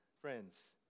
friends